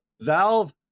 Valve